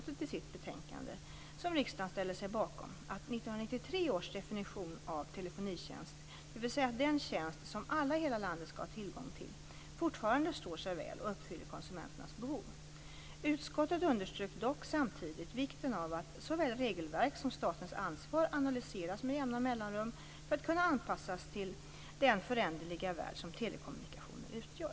1993 års definition av telefonitjänst, dvs. den tjänst som alla i hela landet skall ha tillgång till fortfarande står sig väl och uppfyller konsumenternas behov. Utskottet underströk dock samtidigt vikten av att såväl regelverk som statens ansvar analyseras med jämna mellanrum för att kunna anpassas till den föränderliga värld som telekommunikationer utgör.